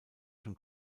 schon